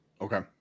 okay